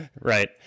right